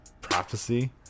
prophecy